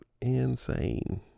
Insane